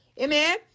Amen